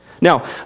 Now